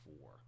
four